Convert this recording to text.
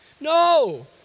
no